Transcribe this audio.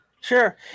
Sure